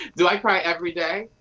do i cry every day?